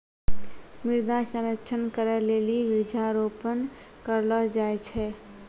मृदा संरक्षण करै लेली वृक्षारोपण करलो जाय छै